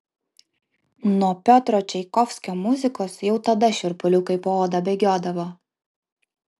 nuo piotro čaikovskio muzikos jau tada šiurpuliukai po oda bėgiodavo